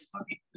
Okay